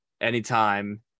Anytime